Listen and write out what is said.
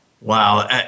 Wow